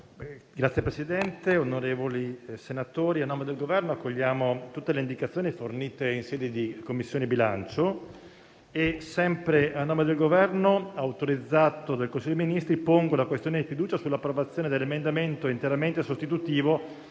Signor Presidente, onorevoli senatori, a nome del Governo, accogliamo tutte le indicazioni fornite in sede di Commissione bilancio e, sempre a nome del Governo, autorizzato dal Consiglio dei ministri, pongo la questione di fiducia sull'approvazione dell'emendamento interamente sostitutivo